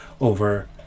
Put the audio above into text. over